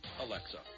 Alexa